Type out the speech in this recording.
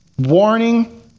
Warning